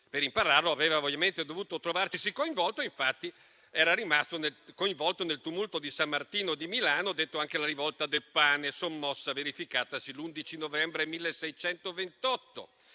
Per impararlo, aveva ovviamente dovuto trovarcisi coinvolto, infatti era rimasto coinvolto nel tumulto di San Martino di Milano, detto anche la rivolta del pane, sommossa verificatasi l'11 novembre 1628.